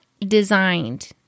designed